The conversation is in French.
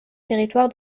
territoire